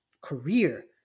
career